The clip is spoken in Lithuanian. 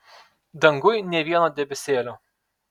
danguj nė vieno debesėlio